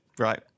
Right